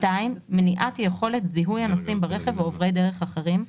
(2)מניעת יכולת זיהוי הנוסעים ברכב או עוברי דרך אחרים,